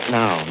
now